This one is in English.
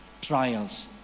Trials